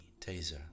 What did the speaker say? taser